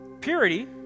purity